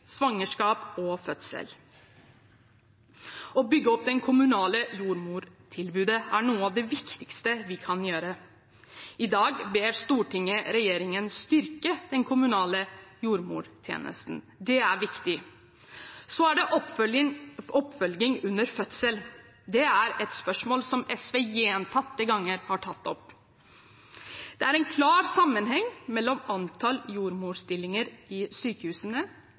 svangerskap og en trygg fødsel. Å bygge opp det kommunale jordmortilbudet er noe av det viktigste vi kan gjøre. I dag ber Stortinget regjeringen styrke den kommunale jordmortjenesten. Det er viktig. Så til oppfølging under fødsel. Det er et spørsmål som SV gjentatte ganger har tatt opp. Det er en klar sammenheng mellom antall jordmorstillinger i sykehusene